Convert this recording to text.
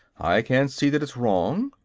i can't see that it's wrong,